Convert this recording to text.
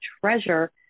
treasure